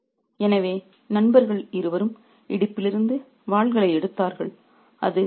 refer slide time 5229 எனவே "நண்பர்கள் இருவரும் இடுப்பிலிருந்து வாள்களை எடுத்தார்கள்